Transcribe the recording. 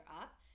up